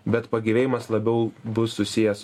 bet pagyvėjimas labiau bus susijęs